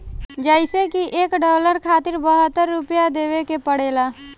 जइसे की एक डालर खातिर बहत्तर रूपया देवे के पड़ेला